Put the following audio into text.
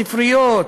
ספריות,